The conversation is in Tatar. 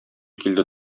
килде